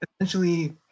essentially